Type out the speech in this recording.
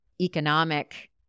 economic